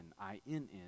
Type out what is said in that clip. I-N-N